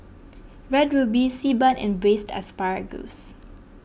Red Ruby Xi Ban and Braised Asparagus